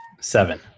Seven